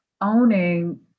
owning